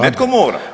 Netko mora.